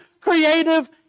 creative